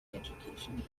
education